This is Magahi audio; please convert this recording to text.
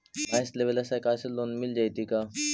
भैंस लेबे ल सरकार से लोन मिल जइतै का?